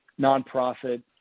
nonprofit